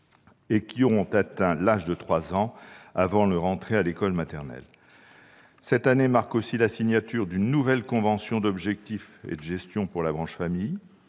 et ayant atteint l'âge de trois ans avant leur entrée à l'école maternelle. Cette année marque aussi la signature d'une nouvelle convention d'objectifs et de gestion pour la branche famille.